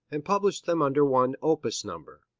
and published them under one opus number.